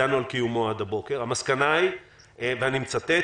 בעצם, החמ"ל מתכלל את ההשתתפות של כל אותם גורמים.